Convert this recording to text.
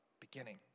beginning